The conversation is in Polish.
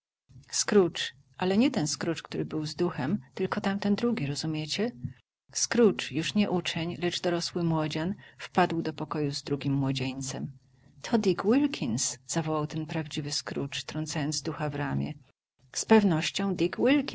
scrooge ale nie ten scrooge który był z duchem tylko tamten drugi rozumiecie scrooge już nie uczeń lecz dorosły młodzian wpadł do pokoju z drugim młodzieńcem to dick wilkins zawołał ten prawdziwy scrooge trącając ducha w ramię z pewnością